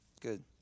Good